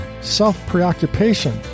self-preoccupation